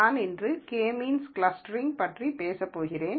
நான் இன்று K means clustering பற்றி பேசப் போகிறேன்